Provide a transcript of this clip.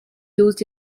used